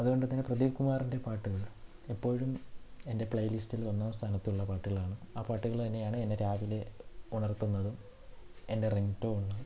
അതുകൊണ്ട് തന്നെ പ്രദീപ്കുമാറിൻ്റെ പാട്ടുകൾ എപ്പോഴും എൻ്റെ പ്ലേയ് ലിസ്റ്റിൽ ഒന്നാം സ്ഥാനത്തുള്ള പാട്ടുകളാണ് ആ പാട്ടുകൾ തന്നെയാണ് എന്നെ രാവിലെ ഉണർത്തുന്നതും എൻ്റെ റിങ്ടോണും